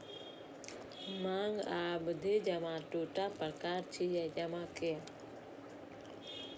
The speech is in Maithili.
मांग आ सावधि जमा दूटा प्रकार छियै जमा के